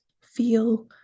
feel